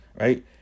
Right